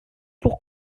pour